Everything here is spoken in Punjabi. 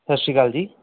ਸਤਿ ਸ਼੍ਰੀ ਅਕਾਲ ਜੀ